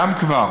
גם כבר